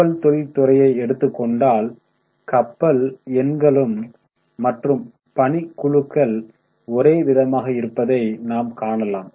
கப்பல் தொழில் துறையை எடுத்துக் கொண்டால் கப்பல் எண்களும் மற்றும் பணி குழுக்கள் ஒரே விதமாக இருப்பதை நாம் காணலாம்